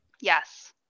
Yes